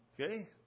Okay